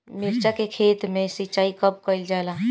मिर्चा के खेत में सिचाई कब कइल जाला?